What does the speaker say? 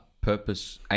purpose